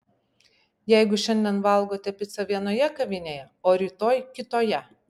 jeigu šiandien valgote picą vienoje kavinėje o rytoj kitoje